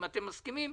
אם אתם מסכימים,